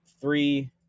three